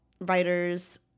writers